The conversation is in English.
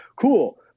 cool